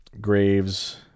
Graves